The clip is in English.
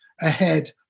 ahead